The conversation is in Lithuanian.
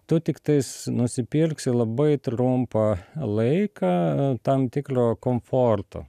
tu tiktais nusipirksi labai trumpą laiką tam tiklio komforto